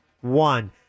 one